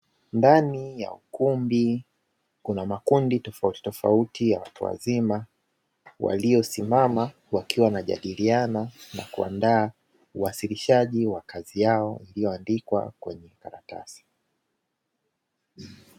Ndani ya kundi kuna makundi tofauti tofauti ya watu wazima, waliosimama wakiwa wanajadiliana na kuandaa uwasilishaji wa kazi yao iliyoandikwa kwenye makaratasi.